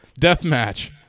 deathmatch